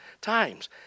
times